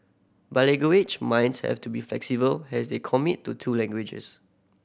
minds have to be flexible has they commit to two languages